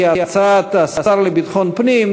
כהצעת השר לביטחון הפנים,